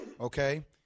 okay